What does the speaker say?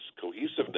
cohesiveness